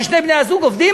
ששני בני-הזוג עובדים,